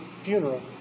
funeral